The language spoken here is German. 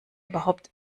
überhaupt